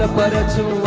ah but to